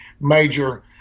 major –